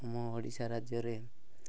ଆମ ଓଡ଼ିଶା ରାଜ୍ୟରେ